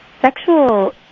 sexual